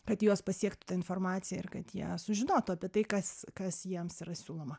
kad juos pasiektų ta informacija ir kad jie sužinotų apie tai kas kas jiems yra siūloma